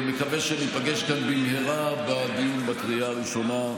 ומקווה שניפגש כאן במהרה בדיון בקריאה הראשונה.